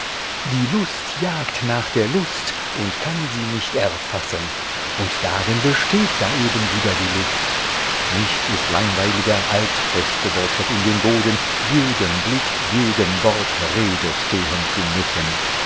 die lust jagt nach der lust und kann sie nicht erfassen und darin besteht ja eben wieder die lust nichts ist langweiliger als festgewurzelt in den boden jedem blick jedem wort rede stehen zu müssen